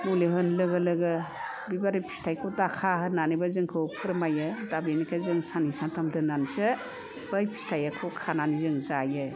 मुलि होन लोगो लोगो बिफोर फिथाइखौ दाखा होननानै जोंखौ फोरमायो दा बिनिखाय जों साननै सानथाम दोननानैसो बै फिथाइखौ जों खानानै जायो